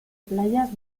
playas